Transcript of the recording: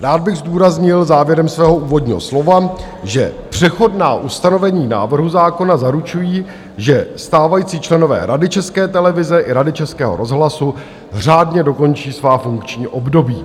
Rád bych zdůraznil závěrem svého úvodního slova, že přechodná ustanovení návrhu zákona zaručují, že stávající členové Rady České televize i Rady Českého rozhlasu řádně dokončí svá funkční období.